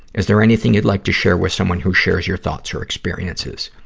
is there anything you'd like to share with someone who shares your thoughts or experiences?